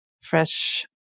fresh